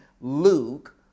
Luke